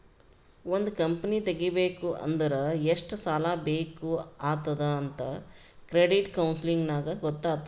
ಒಂದ್ ಕಂಪನಿ ತೆಗಿಬೇಕ್ ಅಂದುರ್ ಎಷ್ಟ್ ಸಾಲಾ ಬೇಕ್ ಆತ್ತುದ್ ಅಂತ್ ಕ್ರೆಡಿಟ್ ಕೌನ್ಸಲಿಂಗ್ ನಾಗ್ ಗೊತ್ತ್ ಆತ್ತುದ್